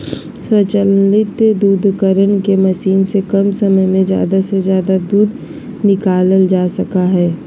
स्वचालित दुग्धकरण मशीन से कम समय में ज़्यादा से ज़्यादा दूध निकालल जा सका हइ